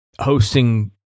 hosting